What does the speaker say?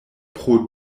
pro